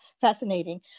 fascinating